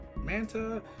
manta